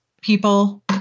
people